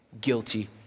guilty